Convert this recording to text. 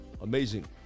Amazing